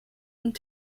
und